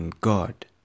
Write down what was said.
God